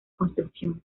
construcción